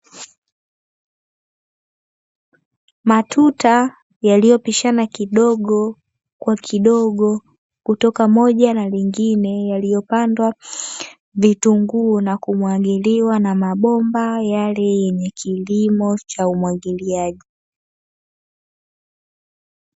Matuta yaliyopishana kidogo kwa kidogo kutoka moja na lengine yaliyopandwa vitunguu, na kumwagiliwa na mabomba yale yenye kilimo cha umwagiliaji.